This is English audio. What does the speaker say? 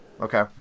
Okay